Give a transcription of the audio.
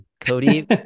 cody